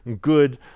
good